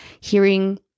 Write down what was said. hearing